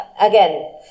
again